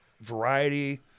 variety